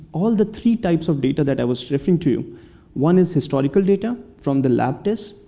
all the three types of data that i was referring to one is historical data from the lab tests,